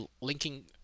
Linking